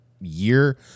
year